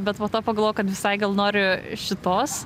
bet po to pagalvojau kad visai gal nori šitos